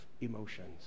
emotions